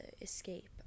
escape